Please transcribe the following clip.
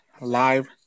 live